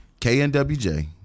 KNWJ